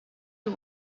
you